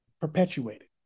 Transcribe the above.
perpetuated